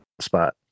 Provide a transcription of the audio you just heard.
spot